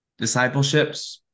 discipleships